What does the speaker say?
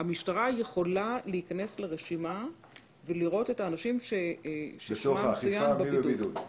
המשטרה יכולה להיכנס לרשימה ולראות את האנשים שחייבים בידוד.